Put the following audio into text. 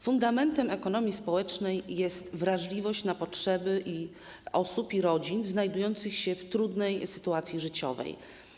Fundamentem ekonomii społecznej jest wrażliwość na potrzeby osób i rodzin znajdujących się w trudnej sytuacji życiowej.